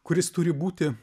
kuris turi būti